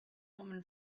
woman